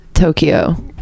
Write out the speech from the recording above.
Tokyo